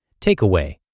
Takeaway